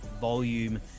Volume